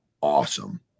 awesome